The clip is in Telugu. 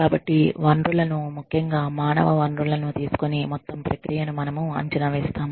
కాబట్టి వనరులను ముఖ్యంగా మానవ వనరులను తీసుకొని మొత్తం ప్రక్రియను మనము అంచనా వేస్తాము